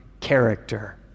character